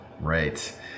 right